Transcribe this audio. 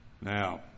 Now